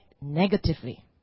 negatively